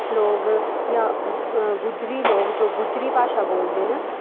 लोग जां गुज्जरी लोक जो गुज्जरी भाशा बोलदे न